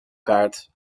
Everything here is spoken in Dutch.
kaart